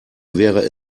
wäre